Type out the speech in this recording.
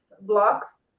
blocks